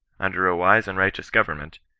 under a wise and righteous government,